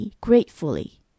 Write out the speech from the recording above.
gratefully